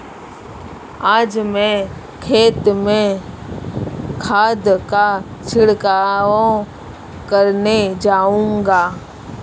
आज मैं खेत में खाद का छिड़काव करने जाऊंगा